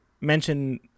mention